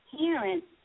parents